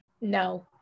No